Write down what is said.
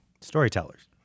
storytellers